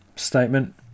statement